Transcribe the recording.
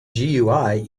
gui